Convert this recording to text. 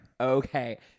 Okay